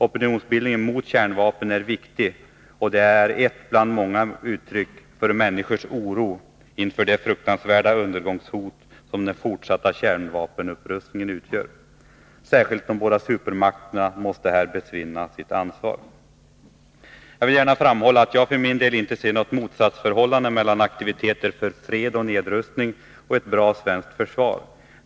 Opinionsbildningen mot kärnvapen är viktig, och den är ett bland många uttryck för människors oro inför det fruktansvärda undergångshot som den fortsatta kärnvapenupprustningen utgör. Särskilt de båda supermakterna måste här besinna sitt ansvar. Jag vill gärna framhålla att jag för min del inte ser något motsatsförhållande mellan aktiviteter för fred och nedrustning och ett bra svenskt försvar.